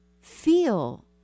feel